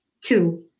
two